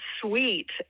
sweet